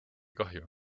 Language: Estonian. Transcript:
kahju